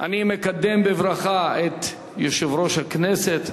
אני מקדם בברכה את יושב-ראש הכנסת,